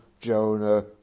Jonah